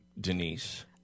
Denise